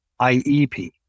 IEP